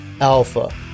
alpha